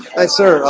aye sir,